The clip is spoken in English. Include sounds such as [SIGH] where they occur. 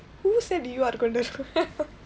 who said you are going to [LAUGHS]